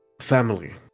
family